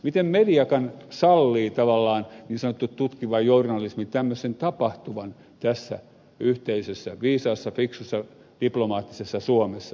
miten mediakaan niin sanottu tutkiva journalismi sallii tavallaan tämmöisen tapahtuvan tässä yhteisössä viisaassa fiksussa diplomaattisessa suomessa